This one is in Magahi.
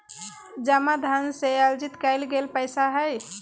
जमा धन से अर्जित कइल गेल पैसा हइ